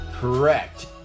correct